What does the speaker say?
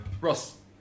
Ross